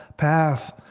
path